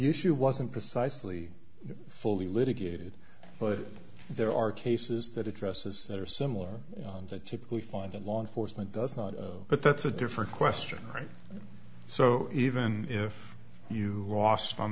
issue wasn't precisely fully litigated but there are cases that addresses that are similar and they typically find the law enforcement does not but that's a different question right so even if you lost on